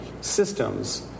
systems